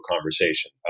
conversation